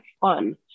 fun